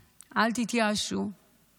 תתייאשו, אל תתייאשו.